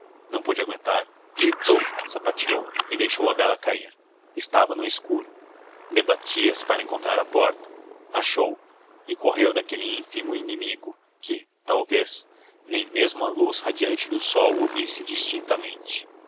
não pôde agüentar gritou sapateou e deixou a vela cair estava no escuro debatia-se para encontrar a porta achou e correu daquele ínfimo inimigo que talvez nem mesmo à luz radiante do sol o visse distintamente